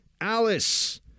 Alice